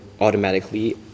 automatically